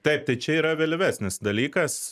taip tai čia yra vėlyvesnis dalykas